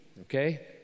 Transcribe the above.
okay